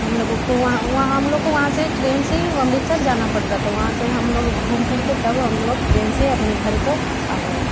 तो हम लोगों को वहाँ वहाँ हम लोग को वहाँ से ट्रेन से ही अमृतसर जाना पड़ता था वहाँ से हम लोग घूम फिर के तब हम लोग ट्रेन से अपने घर को आ गए